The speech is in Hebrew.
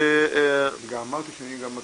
אדוני היושב ראש,